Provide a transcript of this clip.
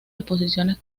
exposiciones